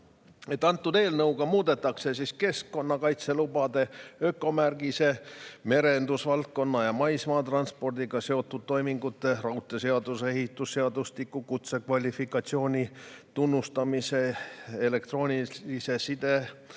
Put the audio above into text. Eelnõuga muudetakse keskkonnakaitselubade, ökomärgise, merendusvaldkonna ja maismaatranspordiga seotud toimingute, raudteeseaduse ja ehitusseadustiku, kutsekvalifikatsiooni tunnustamise, elektroonilise side